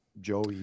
joey